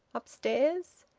upstairs?